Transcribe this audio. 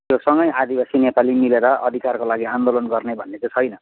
त्यो सँगै आदिबासी नेपाली मिलेर अधिकारको लागि आन्दोलन गर्ने भन्ने चाहिँ छैन